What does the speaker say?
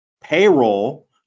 payroll